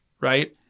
right